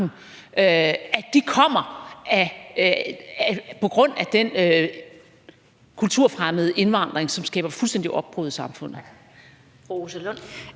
magten, kommer på grund af den kulturfremmede indvandring, som skaber fuldstændig opbrud i samfundet.